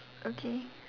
okay